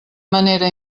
manera